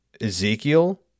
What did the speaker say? Ezekiel